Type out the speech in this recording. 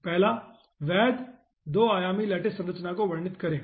पहला वैध दो आयामी लैटिस संरचना को वर्णित करें